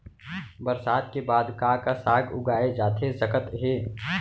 बरसात के बाद का का साग उगाए जाथे सकत हे?